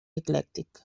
eclèctic